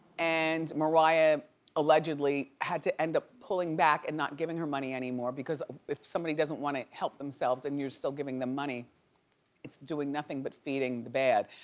and mariah allegedly had to end up pulling back and not giving her money anymore. because if somebody doesn't want to help themselves and you're still giving them money it's doing nothing but feeding the bad.